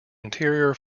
interior